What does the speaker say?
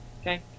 Okay